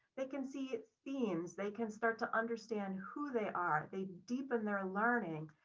they can see themes, they can start to understand who they are, they deepen their learning.